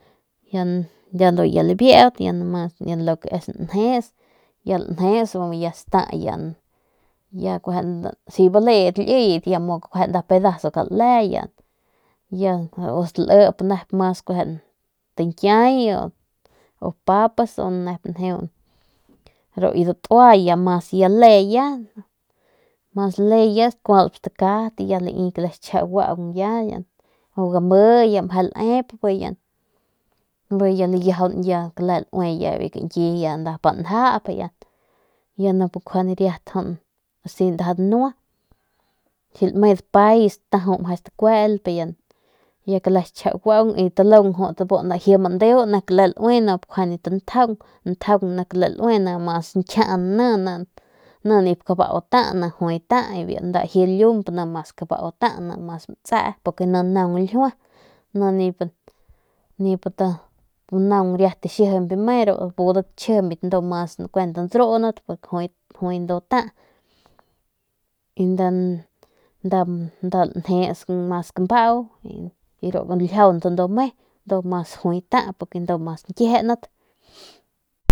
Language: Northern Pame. Ndu ya labuieut ya numas biu nik njeus ya lanjeus bi mu ya kun ru kit liyet ndu mu kada quien nda pedazo pa kada le y ya si ltalip nep mas diñyiay papas u ru ki datua ya mas gulejen mas ya kualp stakat ya mas guaung y lankalp game bi ya layiajaung ya biu kañki nda njap ya nup kjuande riat jut si ndaja danua si lame dapay ya meje stakualp ya kle xchja guaung ya biu talung laji mandeu ni kle laui nup kjuande ntjaung ni kle laui ni mas xiñkjiang ni nip kabau ta ni juay ta nda laji lump ni mas kabau ta ni mas matse nenip te naun riat ixiejimp me xikijimbit mas ndruun jui ata y nda mas lanjes mas cambau y ru guiljiaunt mas jui ata ndu mas nkiejenat.